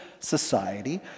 society